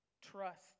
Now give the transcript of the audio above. trust